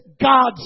God's